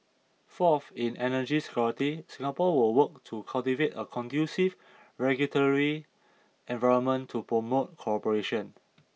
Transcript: fourth in energy security Singapore will work to cultivate a conducive regulatory environment to promote cooperation